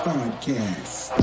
Podcast